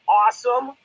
awesome